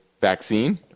vaccine